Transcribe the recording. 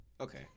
Okay